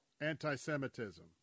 anti-Semitism